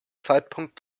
zeitpunkt